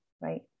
right